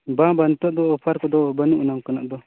ᱵᱟᱝ ᱵᱟᱝ ᱱᱤᱛᱚᱜ ᱫᱚ ᱚᱯᱷᱟᱨ ᱠᱚᱫᱚ ᱵᱟ ᱱᱩᱜᱼᱟ ᱚᱱᱠᱟᱱᱟᱜ ᱫᱚ